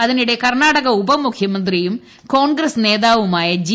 അതിനിടെ കർണാടക ഉപമുഖ്യമന്ത്രിയും കോൺഗ്രസ് നേതാവുമായ ജി